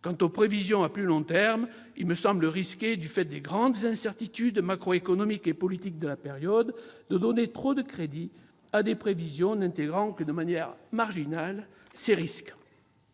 Quant aux prévisions à plus long terme, il me semble risqué, du fait des grandes incertitudes macroéconomiques et politiques de la période, de donner trop de crédit à des prévisions n'intégrant que de manière marginale ces risques.